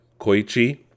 Koichi